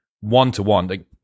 one-to-one